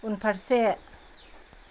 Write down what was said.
उनफारसे